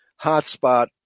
hotspot